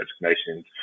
designations